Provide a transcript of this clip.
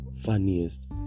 funniest